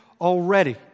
already